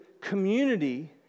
community